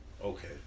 Okay